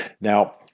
Now